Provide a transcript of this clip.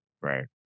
Right